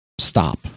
stop